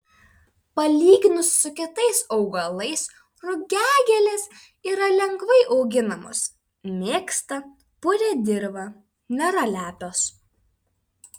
palyginus su kitais augalais rugiagėlės yra lengvai auginamos mėgsta purią dirvą nėra lepios